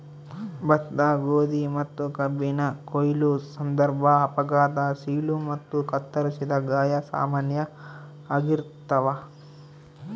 ಭತ್ತ ಗೋಧಿ ಮತ್ತುಕಬ್ಬಿನ ಕೊಯ್ಲು ಸಂದರ್ಭ ಅಪಘಾತ ಸೀಳು ಮತ್ತು ಕತ್ತರಿಸಿದ ಗಾಯ ಸಾಮಾನ್ಯ ಆಗಿರ್ತಾವ